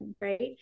right